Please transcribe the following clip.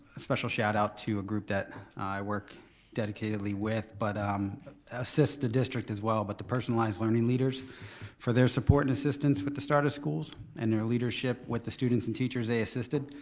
special shout out to, a group that i work dedicatedly with but um assist the district as well but the personalized learning leaders for their support and assistance with the starter schools and their leadership with the students and teachers they assisted.